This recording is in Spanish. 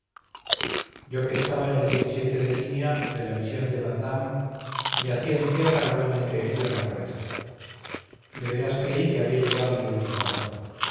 yo que estaba en el de línea de la división de vandamme yacía en tierra gravemente herido en la cabeza de veras creí que había llegado mi última hora